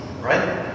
Right